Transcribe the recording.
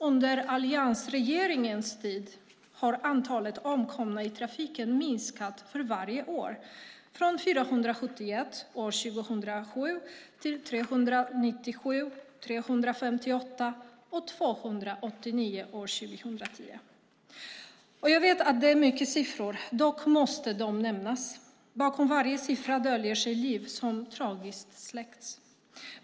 Under alliansregeringens tid har antalet omkomna i trafiken minskat varje år från 471 år 2007, till 397, 358 och 289 till år 2010. Jag vet att det är mycket siffror; dock måste de nämnas. Bakom varje siffra döljer sig liv som tragiskt släckts.